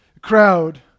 crowd